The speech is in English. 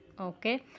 okay